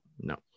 No